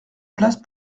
place